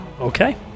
okay